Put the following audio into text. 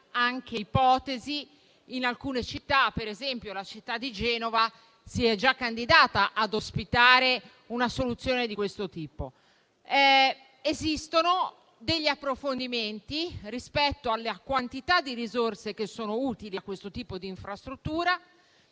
delle ipotesi in alcune città; per esempio, la città di Genova si è già candidata ad ospitare una soluzione di questo tipo. Esistono degli approfondimenti rispetto alla quantità di risorse che sono utili a questo tipo di infrastruttura